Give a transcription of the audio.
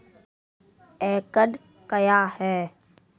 एकड कया हैं?